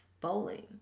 bowling